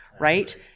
right